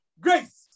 grace